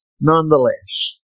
nonetheless